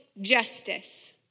justice